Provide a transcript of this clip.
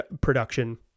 production